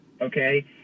Okay